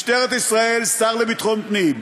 משטרת ישראל, השר לביטחון פנים,